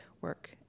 work